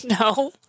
No